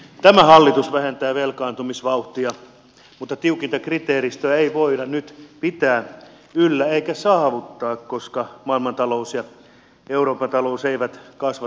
tämä hallitus vähentää velkaantumisvauhtia mutta tiukinta kriteeristöä ei voida nyt pitää yllä eikä saavuttaa koska maailmantalous ja euroopan talous eivät kasva toivotulla vauhdilla